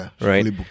right